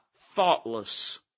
thoughtless